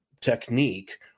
technique